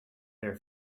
there